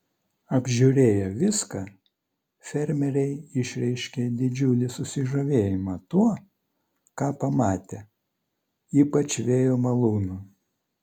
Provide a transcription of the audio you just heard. apžiūrėję viską fermeriai išreiškė didžiulį susižavėjimą tuo ką pamatė ypač vėjo malūnu